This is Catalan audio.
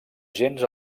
gens